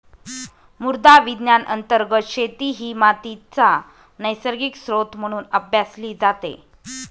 मृदा विज्ञान अंतर्गत शेती ही मातीचा नैसर्गिक स्त्रोत म्हणून अभ्यासली जाते